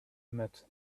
met